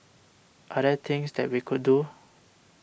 are there things that we could do